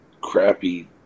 crappy